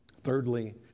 Thirdly